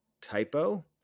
Typo